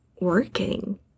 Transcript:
working